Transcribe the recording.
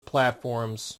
platforms